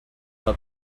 not